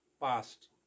past